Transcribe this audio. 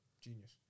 Genius